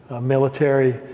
military